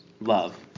love